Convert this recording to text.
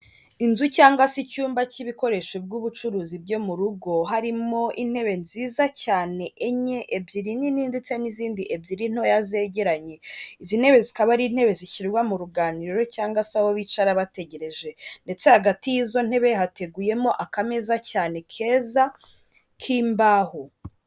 Inzu cyangwa se icyumba cy'ibikoresho by'ubucuruzi byo mu rugo, harimo intebe nziza cyane enye ebyiri nini ndetse n'izindi ebyiri ntoya zegeranye. Izi ntebe zikaba ari intebe zishyirwa mu ruganiriro cyangwa se aho bicara bategereje ndetse hagati y'izo ntebe hateguyemo akameza cyane keza k'imbaho.